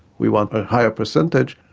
we want a higher percentage.